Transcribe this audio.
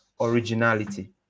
originality